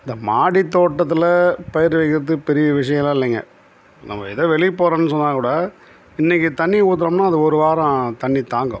இந்த மாடி தோட்டத்தில் பயிர் வைக்கிறது பெரிய விஷயோலாம் இல்லைங்க நம்ம எதோ வெளியே போகிறோன்னு சொன்னால் கூட இன்றைக்கி தண்ணி ஊற்றுனம்னா அது ஒரு வாரம் தண்ணி தாங்கும்